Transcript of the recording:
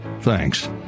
thanks